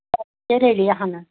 ہَنہٕ